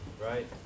right